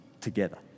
together